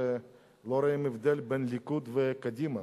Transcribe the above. שלא רואים הבדל בין הליכוד וקדימה.